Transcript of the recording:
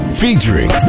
featuring